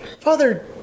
Father